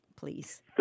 please